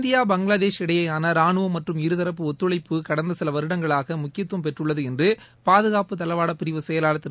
India Bangladesh இடையேயான ராணுவம் மற்றும் இருதரப்பு ஒத்துழைப்பு கடந்த சில வருடங்களாக முக்கியத்துவம் பெற்றுள்ளது என்று பாதுகாப்பு தளவாடப் பிரிவு செயலாளர் திரு